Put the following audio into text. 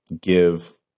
give